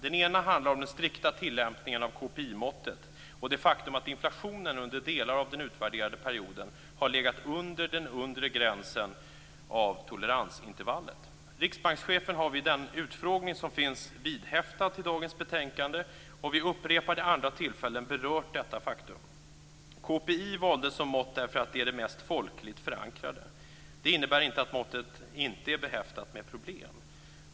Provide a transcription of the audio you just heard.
Den ena handlar om den strikta tillämpningen av KPI-måttet och det faktum att inflationen under delar av den utvärderade perioden har legat under den undre gränsen av toleransintervallet. Riksbankschefen har vid den utfrågning som finns vidhäftad till dagens betänkande, och vid upprepade andra tillfällen, berört detta faktum. KPI valdes som mått därför att det är det mest folkligt förankrade. Det innebär inte att måttet inte är behäftat med problem.